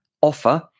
offer